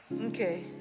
Okay